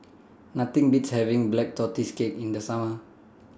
Nothing Beats having Black Tortoise Cake in The Summer